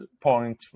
point